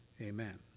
amen